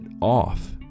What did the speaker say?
off